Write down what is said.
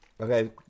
Okay